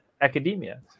academia